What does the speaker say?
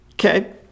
Okay